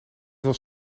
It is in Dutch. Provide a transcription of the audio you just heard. was